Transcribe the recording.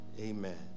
amen